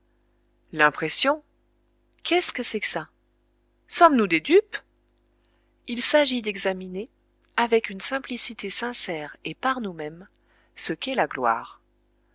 l'impression qu'est-ce que c'est que ça sommes-nous des dupes il s'agit d'examiner avec une simplicité sincère et par nous-mêmes ce qu'est la gloire